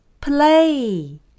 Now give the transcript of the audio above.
Play